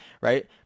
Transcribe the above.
right